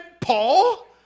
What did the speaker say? Paul